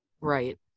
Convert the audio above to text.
Right